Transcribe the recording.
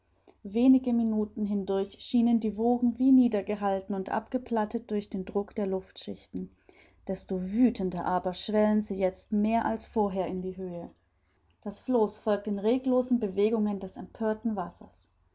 wenige minuten hindurch schienen die wogen wie niedergehalten und abgeplattet durch den druck der luftschichten desto wüthender aber schwellen sie jetzt mehr als vorher in die höhe das floß folgt den regellosen bewegungen des empörten wassers